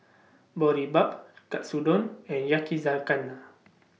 Boribap Katsudon and Yakizakana